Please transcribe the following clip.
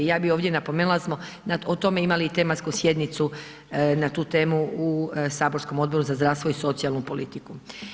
Ja bi ovdje napomenula da smo o tome imali i tematsku sjednicu na tu temu u saborskom Odboru za zdravstvo i socijalnu politiku.